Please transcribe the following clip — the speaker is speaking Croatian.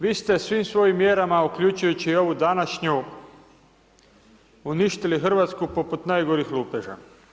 Vi ste svim svojim mjerama, uključujući i ovu današnju uništili RH poput najgorih lupeža.